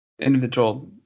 individual